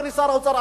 אדוני שר האוצר,